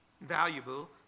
valuable